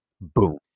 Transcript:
Boom